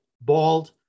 bald